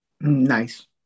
nice